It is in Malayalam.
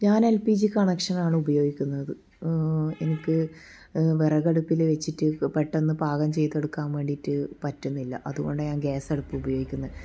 ഞാൻ എൽ പി ജി കണക്ഷൻ ആണ് ഉപയോഗിക്കുന്നത് എനിക്ക് വിറകടുപ്പിൽ വെച്ചിട്ട് പെട്ടെന്ന് പാകം ചെയ്ത് എടുക്കാൻ വേണ്ടിയിട്ട് പറ്റുന്നില്ല അതുകൊണ്ടാണ് ഞാൻ ഗ്യാസ് അടുപ്പ് ഉപയോഗിക്കുന്ന